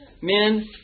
Men